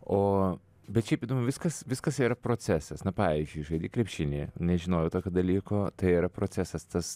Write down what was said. o bet šiaip įdomu viskas viskas yra procesas na pavyzdžiui žaidi krepšinį nežinojau tokio dalyko tai yra procesas tas